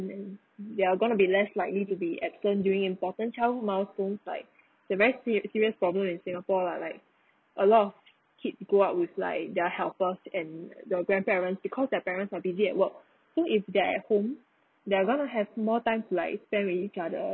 and then they're going to be less likely to be absent during important childhood milestones like it's a very seri~ serious problem in singapore lah like a lot of kids grow up with like their helpers and the grandparents because their parents are busy at work so if they're at home they're going to have more time to like spend with each other